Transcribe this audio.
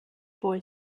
boy